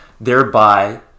thereby